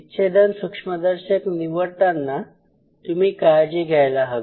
विच्छेदन सूक्ष्मदर्शक निवडतांना तुम्ही काळजी घ्यायला हवी